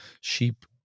sheep